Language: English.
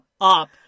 up